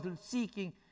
seeking